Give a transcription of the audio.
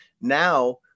Now